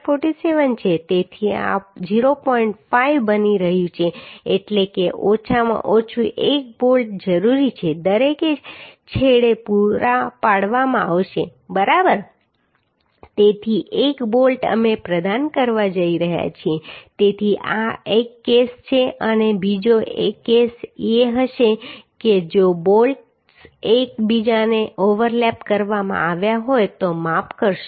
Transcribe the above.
5 બની રહ્યું છે એટલે કે ઓછામાં ઓછું એક બોલ્ટ જરૂરી છે દરેક છેડે પૂરા પાડવામાં આવશે બરાબર તેથી એક બોલ્ટ અમે પ્રદાન કરવા જઈ રહ્યા છીએ તેથી આ એક કેસ છે અને બીજો કેસ એ હશે કે જો બોલ્ટ્સ એક બીજાને ઓવરલેપ કરવામાં આવ્યા હોય તો માફ કરશો